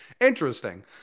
Interesting